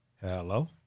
Hello